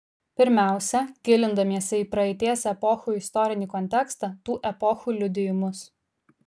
pirmiausia gilindamiesi į praeities epochų istorinį kontekstą tų epochų liudijimus